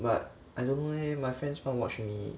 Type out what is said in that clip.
but I don't know leh my friends wanna watch with me